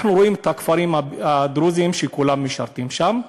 אנחנו רואים את הכפרים הדרוזיים, שכולם משרתים שם,